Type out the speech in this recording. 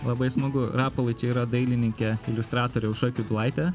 labai smagu rapolai čia yra dailininkė iliustratorė aušra kiudulaitė